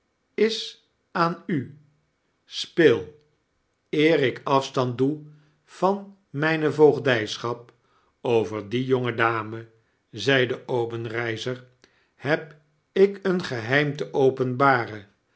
is aan u speel eer ik afstand doe van myne voogdyschap over die jonge dame zeide obenreizer heb ik een geheim te openbaren